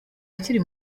akiri